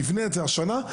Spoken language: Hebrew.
תבנה את זה השנה,